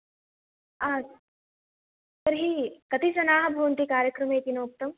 अस्तु तर्हि कति जनाः भवन्ति कार्यक्रमे इति नोक्तं